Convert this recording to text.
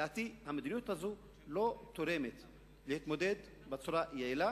לדעתי המדיניות הזאת לא תורמת להתמודדות בצורה יעילה